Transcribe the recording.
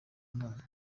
imana